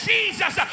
Jesus